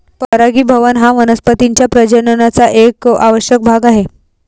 परागीभवन हा वनस्पतीं च्या प्रजननाचा एक आवश्यक भाग आहे